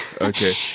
Okay